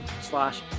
slash